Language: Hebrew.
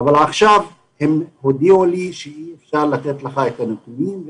עכשיו הם הודיעו לי שאי אפשר לתת לי את הנתונים,